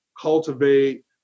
cultivate